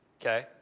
Okay